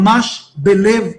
ממש בלב ההר.